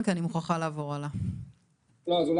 מה מונע מכם להוריד הוראה דרך בנק ישראל שכשעסק מגיע